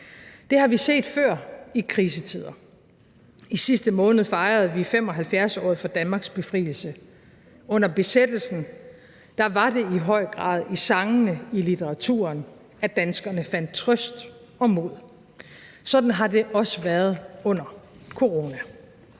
Det har vi set før i krisetider. I sidste måned fejrede vi 75-året for Danmarks befrielse. Under besættelsen var det i høj grad i sangene, i litteraturen, at danskerne fandt trøst og mod. Sådan har det også været under corona;